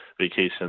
vacation